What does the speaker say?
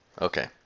Okay